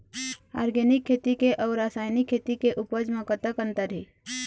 Organic खेती के अउ रासायनिक खेती के उपज म कतक अंतर हे?